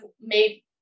made